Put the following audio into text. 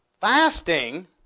fasting